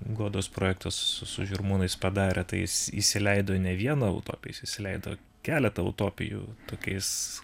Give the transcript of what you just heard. godos projektas su žirmūnais padarė tai į įsileido ne vieną utopiją įsileido keletą utopijų tokiais